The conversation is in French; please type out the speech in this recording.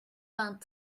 vingt